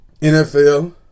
NFL